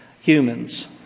humans